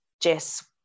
Jess